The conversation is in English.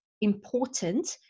important